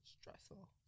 stressful